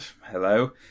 Hello